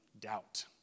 Doubt